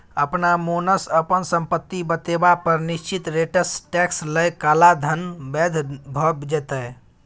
अपना मोनसँ अपन संपत्ति बतेबा पर निश्चित रेटसँ टैक्स लए काला धन बैद्य भ जेतै